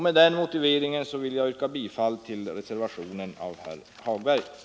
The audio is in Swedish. Med den motiveringen yrkar jag bifall till reservationen av herr Hagberg.